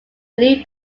believe